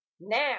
now